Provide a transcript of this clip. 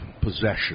possession